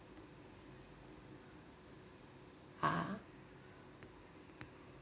ah